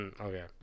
Okay